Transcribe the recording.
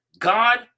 God